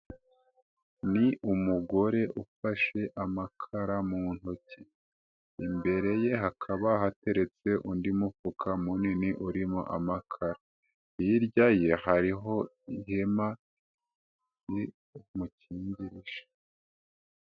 Ni umugore ufashe amakara mu ntoki, imbere ye hakaba hateretse undi mufuka munini urimo amakara, hirya ye hariho ihema rimukingirije.